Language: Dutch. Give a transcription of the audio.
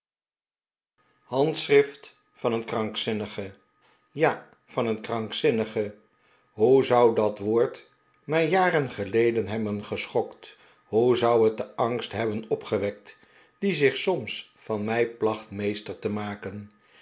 handschrift van een krankzinnige ja van een krankzinnige hoe zou dat woord mij jaren geleden hebben geschokt hoe zou het den angst hebben opgewekt die zich soms van mij placht meester te maken